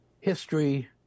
History